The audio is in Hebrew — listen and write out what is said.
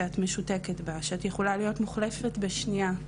שאת יכולה להיות מוחלפת בשניה.